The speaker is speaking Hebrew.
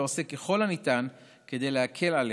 ועושה ככל הניתן כדי להקל עליהם.